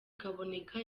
kaboneka